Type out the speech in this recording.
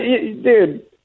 dude